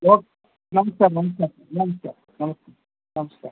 oak ನಮ್ಸ್ಕಾರ ನಮ್ಸ್ಕಾರ ನಮ್ಸ್ಕಾರ ನಮ್ಸ್ಕಾರ ನಮ್ಸ್ಕಾರ